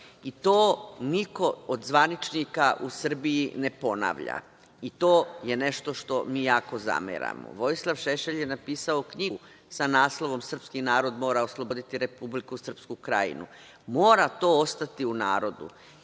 i to niko od zvaničnika u Srbiji ne ponavlja i to je nešto što mi jako zameramo. Vojislav Šešelj je napisao knjigu sa naslovom „Srpski narod mora osloboditi Republiku Srpsku Krajinu“ mora to ostati u narodu. Znamo